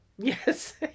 yes